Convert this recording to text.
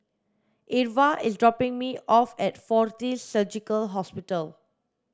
Irva is dropping me off at Fortis Surgical Hospital